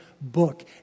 book